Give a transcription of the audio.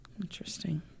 Interesting